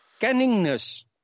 cunningness